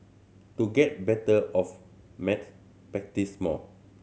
to get better of maths practise more